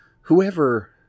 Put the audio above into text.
whoever